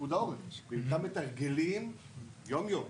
פיקוד העורף --- מתרגלים יום-יום.